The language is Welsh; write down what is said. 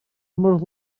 môr